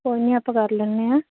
ਕੋਈ ਨਹੀਂ ਆਪਾਂ ਕਰ ਲੈਂਦੇ ਹਾਂ